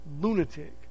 lunatic